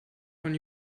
von